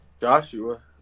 Joshua